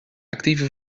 actieve